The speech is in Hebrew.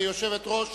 כיושבת-ראש